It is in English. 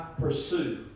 pursue